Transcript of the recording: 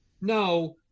no